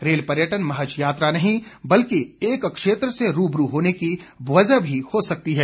rail पर्यटन महज यात्रा नहीं बल्कि एक क्षेत्र से रू ब रू होने की वजह भी हो सकती है